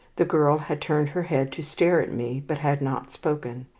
the girl had turned her head to stare at me, but had not spoken.